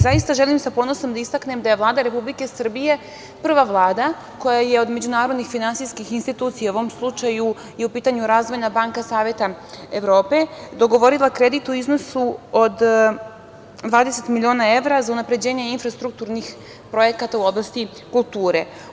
Zaista želim sa ponosom da istaknem da je Vlada Republike Srbije prva Vlada koja je od međunarodnih finansijskih institucija, u ovom slučaju je u pitanju Razvojna banka Saveta Evrope, dogovorila kredit u iznosu od 20 miliona evra za unapređenje infrastrukturnih projekata u oblasti kulture.